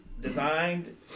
designed